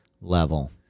level